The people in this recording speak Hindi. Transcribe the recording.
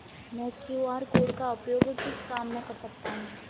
मैं क्यू.आर कोड का उपयोग किस काम में कर सकता हूं?